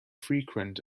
frequent